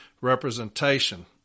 representation